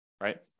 right